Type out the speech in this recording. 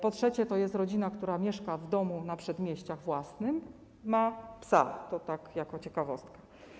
Po trzecie, to jest rodzina, która mieszka w domu na przedmieściach, własnym, ma psa - to jako ciekawostka.